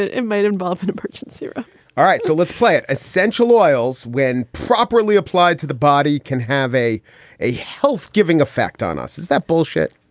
it. it might involve an emergency room all right. so let's play it. essential oils, when properly applied to the body, can have a a health giving effect on us. is that bullshit?